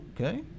okay